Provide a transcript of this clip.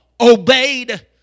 obeyed